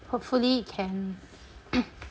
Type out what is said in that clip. hopefully can